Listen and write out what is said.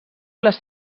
les